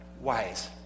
wise